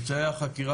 בממצאי החקירה,